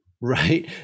right